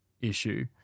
issue